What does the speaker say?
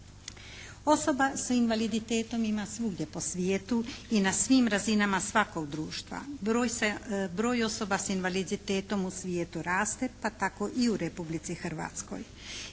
Osoba sa invaliditetom ima svugdje po svijetu i na svim razinama svakog društva. Broj osoba sa invaliditetom u svijetu raste pa tako i u Republici Hrvatskoj.